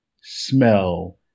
smell